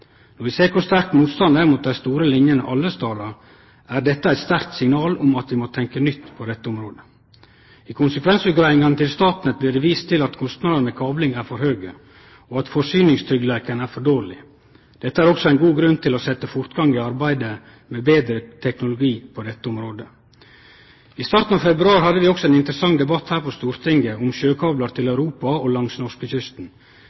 Når vi ser kor sterk motstanden er mot dei store linjene alle stader, er det eit sterkt signal om at vi må tenkje nytt på dette området. I konsekvensutgreiingane frå Statnett blir det vist til at kostnadene med kabling er for høge, og at forsyningstryggleiken er for dårleg. Dette er også ein god grunn til å setje fortgang i arbeidet med betre teknologi på dette området. I starten av februar hadde vi ein interessant debatt her på Stortinget om sjøkablar til